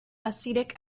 acetic